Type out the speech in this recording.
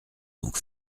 donc